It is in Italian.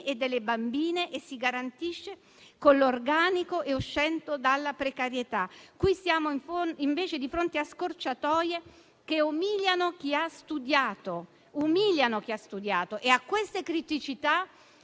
e delle bambine e lo si garantisce con l'organico e uscendo dalla precarietà. In questo caso, invece, siamo di fronte a scorciatoie che umiliano chi ha studiato. A queste criticità,